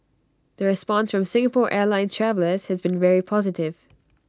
the response from Singapore airlines travellers has been very positive